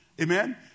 Amen